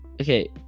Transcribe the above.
Okay